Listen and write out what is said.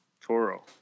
Toro